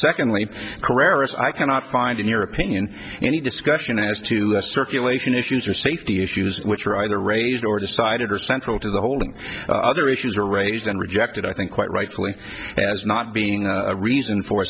careerists i cannot find in your opinion any discussion as to circulation issues or safety issues which are either raised or decided or central to the holding other issues are raised and rejected i think quite rightfully as not being a reason for